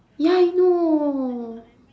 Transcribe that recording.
ya I know